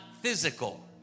physical